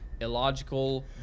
illogical